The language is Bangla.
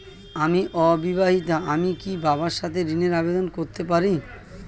আমি অবিবাহিতা আমি কি বাবার সাথে ঋণের আবেদন করতে পারি?